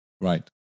Right